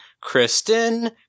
Kristen